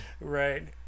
right